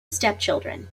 stepchildren